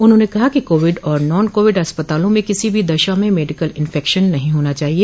उन्होंने कहा कि कोविड और नॉन कोविड अस्पतालों में किसी भी दशा में मेडिकल इन्फेकशन नहीं होना चाहिए